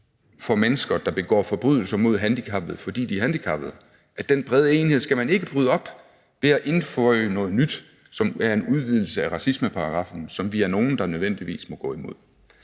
for mennesker, der begår forbrydelser mod handicappede, fordi de er handicappede – den brede enighed skal man ikke bryde op ved at indføje noget nyt, som er en udvidelse af racismeparagraffen, som vi er nogle, der nødvendigvis må gå imod.